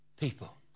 people